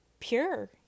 pure